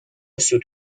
سوت